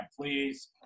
Please